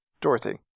dorothy